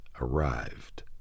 arrived